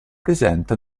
presenta